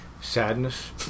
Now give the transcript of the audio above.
sadness